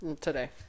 Today